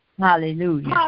Hallelujah